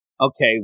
okay